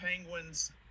Penguins